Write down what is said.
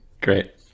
Great